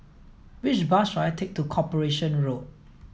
which bus should I take to Corporation Road